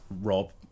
Rob